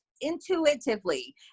intuitively